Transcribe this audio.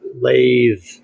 lathe